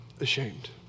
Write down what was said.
ashamed